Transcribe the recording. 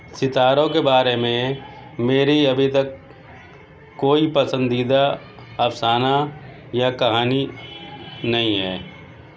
ستاروں کے بارے میں میری ابھی تک کوئی پسندیدہ افسانہ یا کہانی نہیں ہے